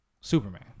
Superman